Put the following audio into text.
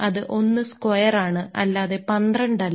അത് 1 സ്ക്വയർ ആണ് അല്ലാതെ 12 അല്ല